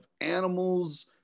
animals